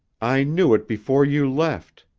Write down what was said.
i knew it before you left.